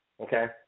okay